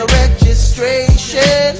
registration